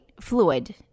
fluid